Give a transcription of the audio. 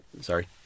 sorry